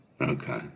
Okay